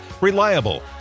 reliable